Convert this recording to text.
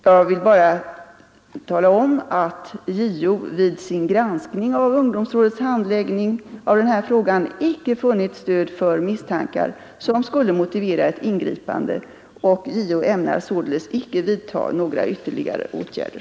Jag vill bara tala om att JO vid sin granskning av ungdomsrådets handläggning av denna fråga icke funnit stöd för misstankar som skulle motivera ett ingripande, och JO ämnar således icke vidta några ytteriigare åtgärder.